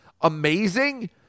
amazing